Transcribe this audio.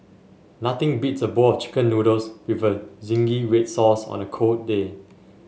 nothing beats a bowl of chicken noodles with zingy red sauce on a cold day